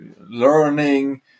learning